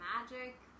magic